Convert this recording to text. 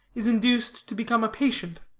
is induced to become a patient.